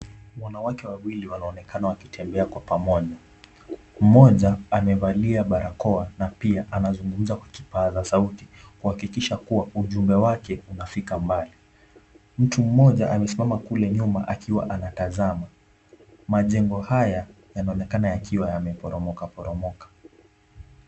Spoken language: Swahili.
Wanawake wawili wanaonekana wakitembea kwa pamoja. Mmoja amevalia barakoa na pia anazungumza kwa kipasa sauti kuhakikisha kuwa ujumbe wake unafika mbali. Mtu mmoja amesimama kule nyuma akiwa anatazama. Majengo haya yanaonekana yakiwa yameporomoka poromoka.